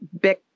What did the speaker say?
big